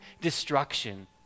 destruction